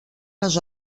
les